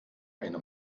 eine